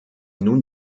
nun